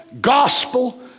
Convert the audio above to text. gospel